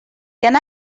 can